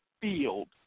field